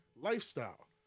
lifestyle